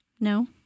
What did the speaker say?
No